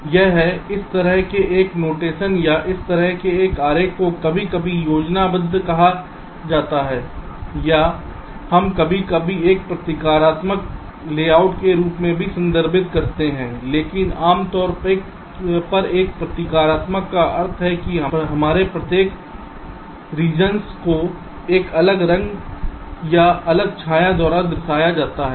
अब यह है इस तरह के एक नोटेशन या इस तरह के एक आरेख को कभी कभी योजनाबद्ध कहा जाता है या हम कभी कभी एक प्रतीकात्मक लेआउट के रूप में भी संदर्भित करते हैं लेकिन आमतौर पर प्रतीकात्मक का अर्थ है कि हमारे प्रत्येक रेजियन्स को एक रंग या अलग छाया द्वारा दर्शाया जाता है